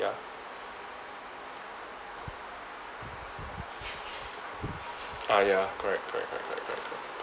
ah ya correct correct correct correct correct correct